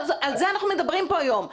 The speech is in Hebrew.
על זה אנחנו מדברים כאן היום.